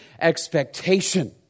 expectation